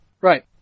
Right